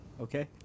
Okay